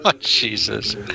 Jesus